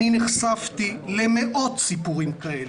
אני נחשפתי למאות סיפורים כאלה.